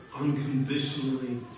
unconditionally